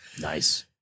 nice